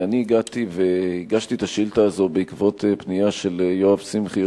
אני הגעתי והגשתי את השאילתא הזאת בעקבות פנייה של יואב שמחי,